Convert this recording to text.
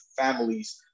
families